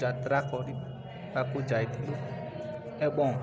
ଯାତ୍ରା କରିବାକୁ ଯାଇଥିଲୁ ଏବଂ